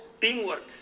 teamwork